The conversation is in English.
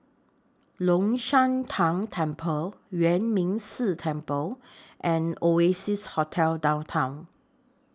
Long Shan Tang Temple Yuan Ming Si Temple and Oasia Hotel Downtown